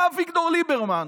בא אביגדור ליברמן,